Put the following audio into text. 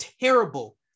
terrible